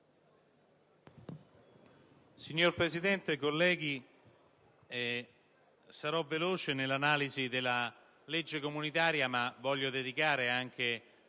Signor Presidente, colleghi, sarò veloce nell'analisi della legge comunitaria. Voglio tuttavia